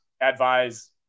advise